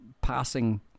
passing